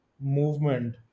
movement